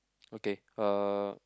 okay uh